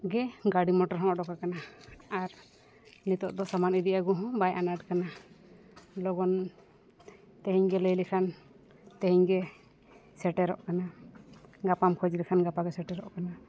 ᱜᱮ ᱜᱟᱹᱰᱤ ᱢᱚᱴᱚᱨ ᱦᱚᱸ ᱚᱰᱳᱠᱟᱠᱟᱱᱟ ᱟᱨ ᱱᱤᱛᱳᱜ ᱫᱚ ᱥᱟᱢᱟᱱ ᱤᱫᱤ ᱟᱹᱜᱩ ᱦᱚᱸ ᱵᱟᱭ ᱟᱱᱟᱴ ᱠᱟᱱᱟ ᱞᱚᱜᱚᱱ ᱛᱮᱦᱮᱧ ᱜᱮ ᱞᱟᱹᱭ ᱞᱮᱠᱷᱟᱱ ᱛᱮᱦᱮᱧ ᱜᱮ ᱥᱮᱴᱮᱨᱚᱜ ᱠᱟᱱᱟ ᱜᱟᱯᱟᱢ ᱠᱷᱚᱡᱽ ᱞᱮᱠᱷᱟᱱ ᱜᱟᱯᱟ ᱜᱮ ᱥᱮᱴᱮᱨᱚᱜ ᱠᱟᱱᱟ